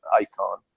icon